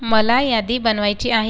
मला यादी बनवायची आहे